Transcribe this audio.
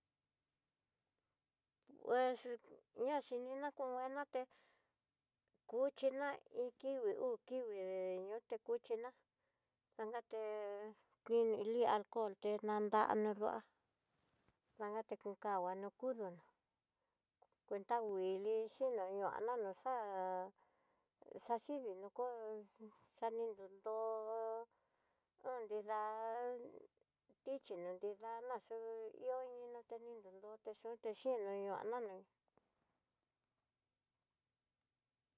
Uhexi ñaxhinina kún kue enoté kuchina iin kingui o uu kingui ñoté kuchina, xangaté lia alcohol telandua no nduá, mangaté kekanguana no kudoná cuenta kuili xino ñoana no xá'a, xaxhivii no kó xanin nrontó nó nridad ichí, no nridana xo'í ihó ñoti nindun ndó te xó'o tixhinro ñoana nan.